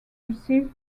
receive